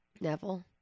Neville